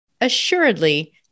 Assuredly